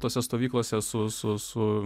tose stovyklose su su su